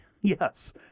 Yes